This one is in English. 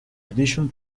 additional